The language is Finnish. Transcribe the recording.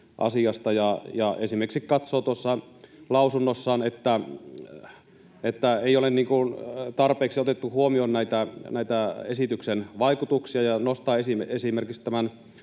esimerkiksi katsoo lausunnossaan, että ei ole tarpeeksi otettu huomioon näitä esityksen vaikutuksia, ja nostaa esille esimerkiksi tämän